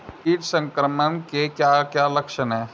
कीट संक्रमण के क्या क्या लक्षण हैं?